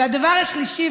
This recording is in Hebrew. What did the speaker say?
והדבר השלישי,